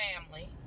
family